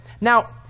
Now